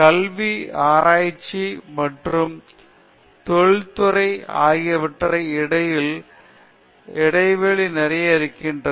கல்வி ஆராய்ச்சி மற்றும் தொழில்துறை ஆகியவற்றுக்கு இடையில் இடைவெளி நிறைய இருக்கிறது